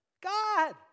God